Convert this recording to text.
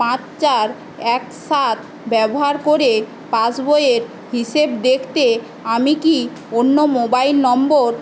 পাঁচ চার এক সাত ব্যবহার করে পাসবইয়ের হিসেব দেখতে আমি কি অন্য মোবাইল নম্বর